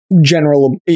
general